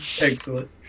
excellent